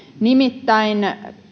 nimittäin